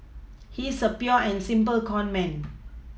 he's a pure and simple conman